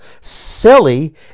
silly